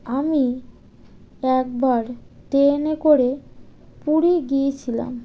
আমি একবার ট্রেনে করে পুরী গিয়েছিলাম